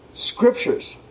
Scriptures